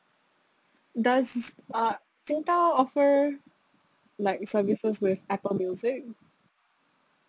does uh Singtel offer like services with Apple music